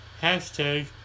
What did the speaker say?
Hashtag